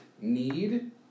need